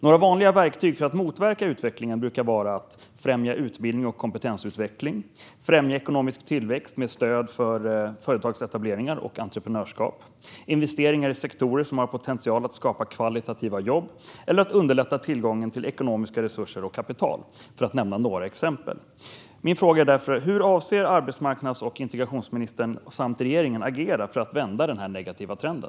Några vanliga verktyg för att motverka utvecklingen brukar vara att främja utbildning och kompetensutveckling, att främja ekonomisk tillväxt med stöd för företagsetableringar och entreprenörskap, att investera i sektorer som har potential att skapa högkvalitativa jobb och att underlätta tillgången till ekonomiska resurser och kapital, för att nämna några exempel. Min fråga är därför: Hur avser arbetsmarknads och integrationsministern samt regeringen att agera för att vända den här negativa trenden?